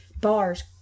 bars